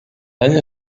año